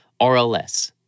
RLS